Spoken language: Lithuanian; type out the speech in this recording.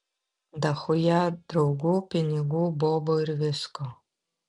dachuja draugų pinigų bobų ir visko